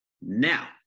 Now